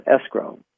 escrow